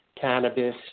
cannabis